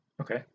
Okay